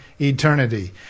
eternity